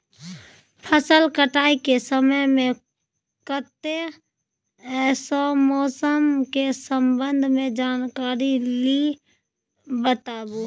फसल काटय के समय मे कत्ते सॅ मौसम के संबंध मे जानकारी ली बताबू?